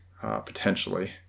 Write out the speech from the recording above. potentially